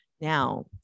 Now